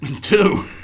Two